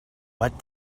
what